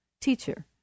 Teacher